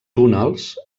túnels